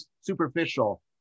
superficial